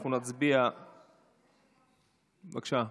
נצביע, בבקשה.